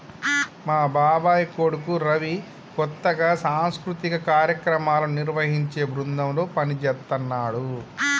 మా బాబాయ్ కొడుకు రవి కొత్తగా సాంస్కృతిక కార్యక్రమాలను నిర్వహించే బృందంలో పనిజేత్తన్నాడు